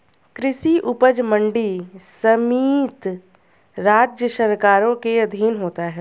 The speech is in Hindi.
कृषि उपज मंडी समिति राज्य सरकारों के अधीन होता है